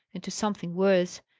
and to something worse.